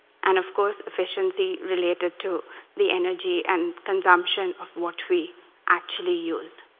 and of course, efficiency related to the energy and consumption of what we actually use.